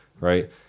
right